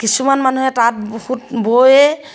কিছুমান মানুহে তাত সুঁত বৈয়ে